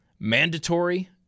Mandatory